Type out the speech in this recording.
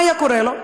מה היה קורה לו?